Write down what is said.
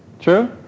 True